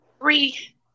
three